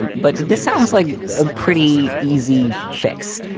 um but this sounds like a pretty easy fix.